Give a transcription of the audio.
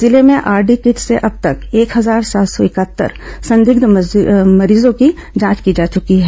जिले में RD kit से अब तक एक हजार सात सौ इकहत्तर संदिग्ध मरीजों की जांच की जा चुकी है